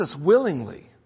willingly